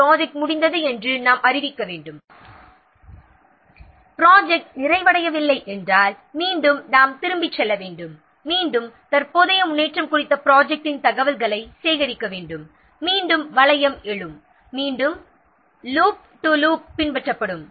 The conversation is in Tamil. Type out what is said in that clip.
ஆம் ப்ராஜெக்ட் முடிந்தது என்று நாம் அறிவிக்க வேண்டும் ப்ராஜெக்ட் முடிந்தது அது ப்ராஜெக்ட் நிறைவடையவில்லை என்றால் மீண்டும் நாம் திரும்பிச் செல்ல வேண்டும் மீண்டும் தற்போதைய முன்னேற்றம் குறித்த ப்ராஜெக்ட் டின் தகவல்களை சேகரிக்க வேண்டும் மீண்டும் வளையம் விழும் மீண்டும் லூப் டு லூப் பின்பற்றப்படும்